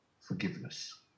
forgiveness